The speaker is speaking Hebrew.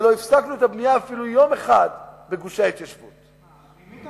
ולא הפסקנו את הבנייה בגושי ההתיישבות אפילו לא ליום אחד.